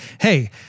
hey